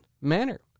manner